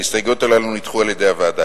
ההסתייגויות הללו נדחו על-ידי הוועדה.